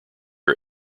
are